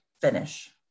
finish